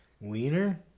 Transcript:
Wiener